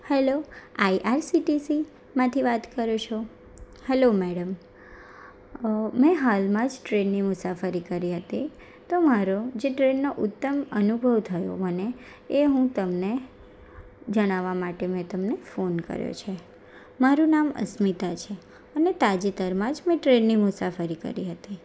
hello I I C T C માંથી વાત કરો છો હેલો મેડમ મેં હાલમાં જ ટ્રેનની મુસાફરી કરી હતી તો મારો જે ટ્રેનનો ઉત્તમ અનુભવ થયો મને એ હું તમને જણાવા માટે મે તમને ફોન કર્યો છે મારુ નામ અસ્મિતા છે અને તાજેતરમાં જ મેં ટ્રેનની મુસાફરી કરી હતી